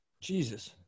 Jesus